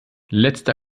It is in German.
letzte